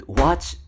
watch